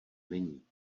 není